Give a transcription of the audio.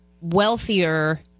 wealthier